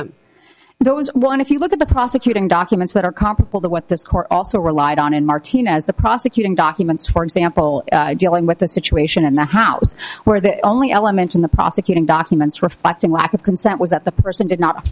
victim those one if you look at the prosecuting documents that are comparable to what this court also relied on in martinez the prosecuting documents for example dealing with the situation in the house where the only element in the prosecuting documents reflecting lack of consent was that the person did not